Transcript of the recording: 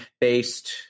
based